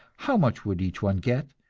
how much would each one get?